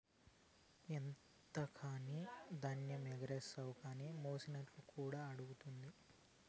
ఎంతకని ధాన్యమెగారేస్తావు కానీ మెసినట్టుకురా ఆడుండాది